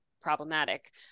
problematic